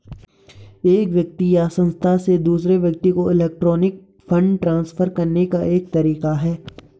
एक व्यक्ति या संस्था से दूसरे व्यक्ति को इलेक्ट्रॉनिक फ़ंड ट्रांसफ़र करने का एक तरीका है